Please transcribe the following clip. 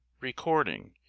Recording